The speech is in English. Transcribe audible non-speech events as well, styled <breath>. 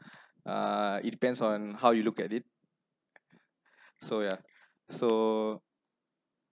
<breath> uh it depends on how you look at it so yeah so